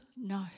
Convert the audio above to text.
No